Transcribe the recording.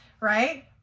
right